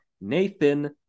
Nathan